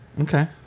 Okay